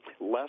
less